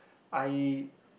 I